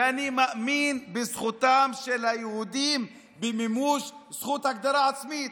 ואני מאמין בזכותם של היהודים במימוש זכות ההגדרה העצמית,